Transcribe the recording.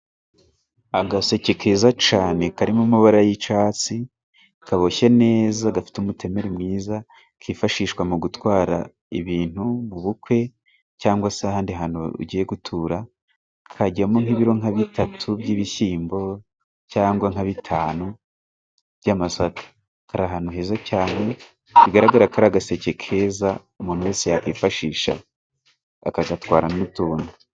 Agaseke keza cane karimo amabara y'icatsi kaboshye neza gafite umutemeri mwiza kifashishwa mu gutwara ibintu mu bukwe cyangwa se ahandi hantu bagiye gutura kajyamo nk'ibiro nka bitatu by'ibishyimbo cyangwa nka bitanu by'amasaka kari ahantu heza cyane bigaragara kari agaseke keza umuntu yakwifashisha akagatwaramo utuntu.